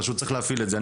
פשוט צריך להפעיל את זה.